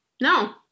no